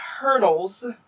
hurdles